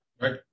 right